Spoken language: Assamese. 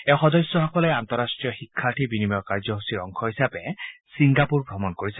এই সদস্যসকলে আন্তঃৰাষ্ট্ৰীয় শিক্ষাৰ্থী বিনিময় কাৰ্য্যসূচী অংশ হিচাপে ছিংগাপুৰ ভ্ৰমণ কৰিছে